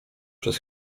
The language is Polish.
przez